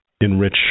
enrich